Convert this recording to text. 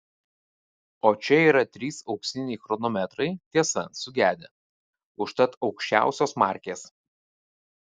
o čia yra trys auksiniai chronometrai tiesa sugedę užtat aukščiausios markės